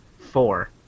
four